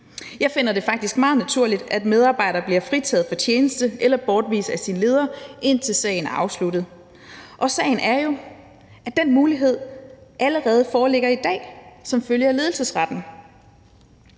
Jeg finder det faktisk meget naturligt, at en medarbejder bliver fritaget for tjeneste eller bortvist af sin leder, indtil sagen er afsluttet. Og sagen er jo, at den mulighed foreligger allerede i dag som følge af ledelsesretten.